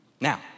Now